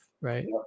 right